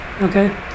Okay